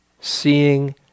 Seeing